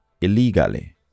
illegally